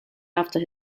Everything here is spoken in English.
after